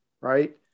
right